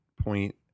point